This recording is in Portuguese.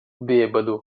bêbado